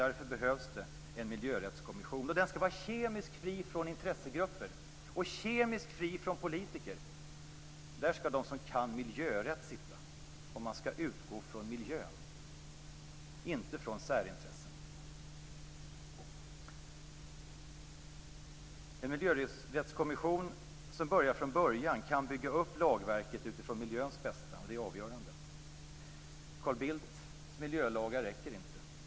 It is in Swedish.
Därför behövs en miljörättskommission, som skall vara kemiskt fri från intressegrupper och politiker. Där skall de som kan miljörätt sitta. Man skall utgå från miljön, inte från särintressen. En miljörättskommission som börjar från början kan bygga upp lagverket utifrån miljöns bästa, vilket är avgörande. Carl Bildts miljölagar räcker inte.